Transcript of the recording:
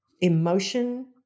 emotion